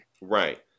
Right